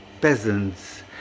peasants